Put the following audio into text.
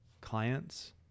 clients